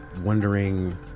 wondering